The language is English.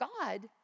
God